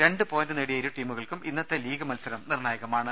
രണ്ട് പോയിന്റ് നേടിയ ഇരു ടീമുകൾക്കും ഇന്നത്തെ ലീഗ് മത്സരം നിർണ്ണായകമാണ്